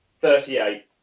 thirty-eight